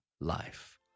life